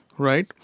Right